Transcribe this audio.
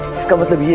set up the the